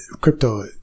crypto